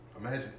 Imagine